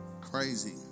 crazy